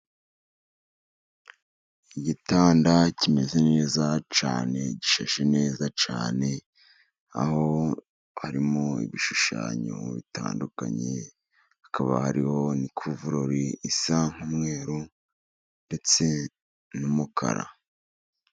Igitanda kimeze neza cyane, gishashe neza cyane, aho harimo ibishushanyo bitandukanye, hakaba hariho n'ikuvurori isa nk'umweru, ndetse n'umukara.